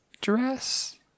dress